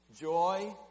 joy